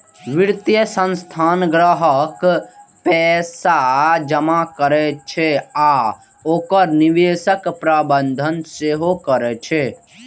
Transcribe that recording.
वित्तीय संस्थान ग्राहकक पैसा जमा करै छै आ ओकर निवेशक प्रबंधन सेहो करै छै